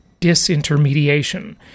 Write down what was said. Disintermediation